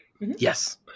Yes